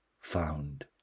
found